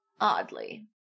Oddly